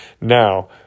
Now